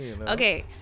okay